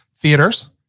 theaters